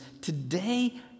today